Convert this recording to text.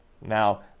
Now